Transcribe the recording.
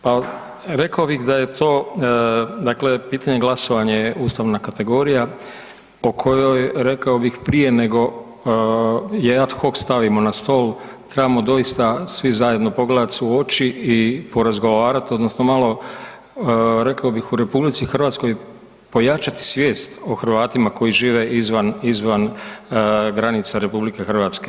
Pa rekao bih da je to dakle pitanje glasovanja, ustavna kategorija po kojoj rekao bih, prije nego je ad hoc stavimo na stol, trebamo doista svi zajedno pogledat se u oči i porazgovarat odnosno malo rekao bih, u RH ojačati svijest o Hrvatima koji žive izvan granica RH.